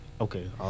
Okay